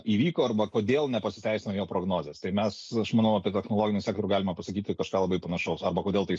įvyko arba kodėl nepasiteisino jo prognozės tai mes aš manau apie technologijų sektorių galima pasakyti kažką labai panašaus arba kodėl tai